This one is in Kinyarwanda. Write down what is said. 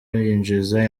yinjiza